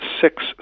six